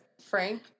Frank